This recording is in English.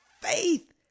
faith